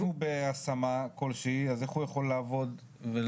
אם הוא בהשמה כלשהי אז איך הוא יכול לעבוד ולהרוויח?